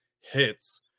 hits